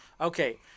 Okay